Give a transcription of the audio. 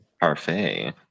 parfait